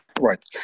Right